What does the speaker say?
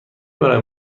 برای